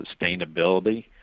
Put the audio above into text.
sustainability